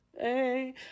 hey